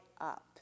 up